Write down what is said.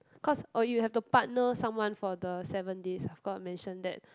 cause oh you have to partner someone for the seven days I forgot mention that